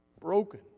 broken